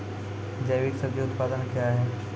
जैविक सब्जी उत्पादन क्या हैं?